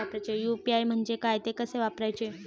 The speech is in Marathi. यु.पी.आय म्हणजे काय, ते कसे वापरायचे?